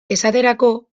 esaterako